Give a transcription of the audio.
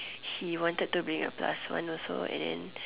she wanted to bring a plus also and then